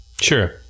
Sure